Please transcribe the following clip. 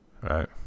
Right